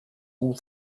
all